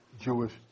Jewish